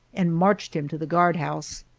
and marched him to the guardhouse.